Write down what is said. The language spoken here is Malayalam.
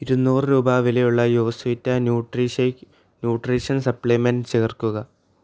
ഇരുന്നൂറ് രൂപ വിലയുള്ള യോസ്വിറ്റ ന്യൂട്രിഷേക്ക് ന്യൂട്രീഷൻ സപ്ലിമെൻറ്റ് ചേർക്കുക